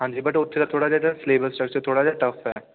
ਹਾਂਜੀ ਬਟ ਉੱਥੇ ਤਾਂ ਥੋੜ੍ਹਾ ਜਿਹਾ ਸਿਲੇਬਸ ਥੋੜ੍ਹਾ ਜਿਹਾ ਟਫ ਹੈ